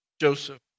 Joseph